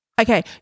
Okay